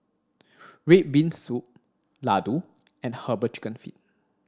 red bean soup laddu and herbal chicken feet